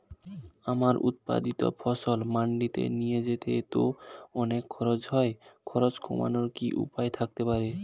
আমার উৎপাদিত ফসল মান্ডিতে নিয়ে যেতে তো অনেক খরচ হয় খরচ কমানোর কি উপায় থাকতে পারে?